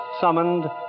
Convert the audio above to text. summoned